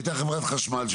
היתה חברת חשמל,